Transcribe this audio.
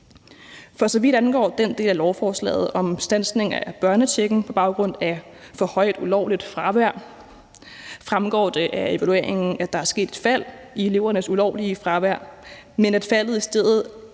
For så vidt angår den del af lovforslaget om standsning af børnechecken på baggrund af for højt ulovligt fravær, fremgår det af evalueringen, at der er sket et fald i elevernes ulovlige fravær, men at faldet startede